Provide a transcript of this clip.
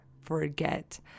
forget